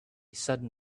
sudden